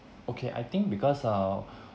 okay I think because uh